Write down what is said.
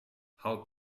how